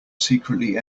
secretly